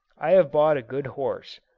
i have bought a good horse,